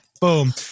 Boom